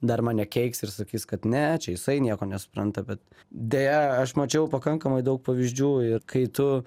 dar mane keiks ir sakys kad ne čia jisai nieko nesupranta bet deja aš mačiau pakankamai daug pavyzdžių ir kai tu